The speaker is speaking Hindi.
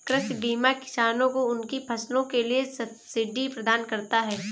कृषि बीमा किसानों को उनकी फसलों के लिए सब्सिडी प्रदान करता है